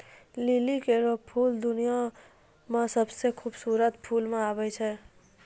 लिली केरो फूल दुनिया क सबसें खूबसूरत फूल म आबै छै